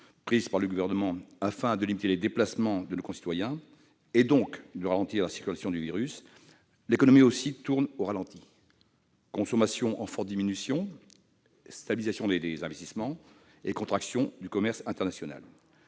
prises par le Gouvernement afin de limiter les déplacements de nos concitoyens, et donc de ralentir la circulation du virus, l'économie tourne au ralenti : consommation en forte diminution, stabilisation des investissements, contraction du commerce international